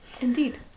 Indeed